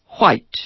white